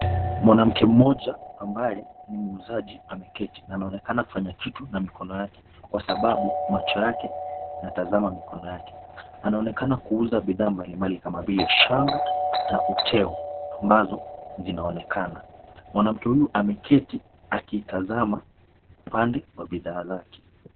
Mwanamke mmoja ambaye ni muuzaji ameketi na anaonekana kufanya kitu na mikono yake, kwa sababu macho yake yanatazama mikono yake. Anaonekana kuuza bidhaa mbalimbali kama vile shanga na uteo, ambazo zinaonekana. Mwanamke huyu ameketi akitazama pande wa bidhaa zake.